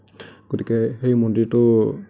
গতিকে সেই মন্দিৰটো